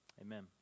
Amen